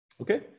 Okay